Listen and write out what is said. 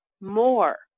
more